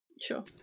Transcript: Sure